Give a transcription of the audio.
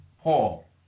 Paul